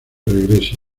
regrese